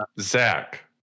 Zach